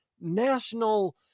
national